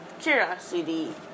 curiosity